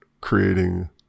creating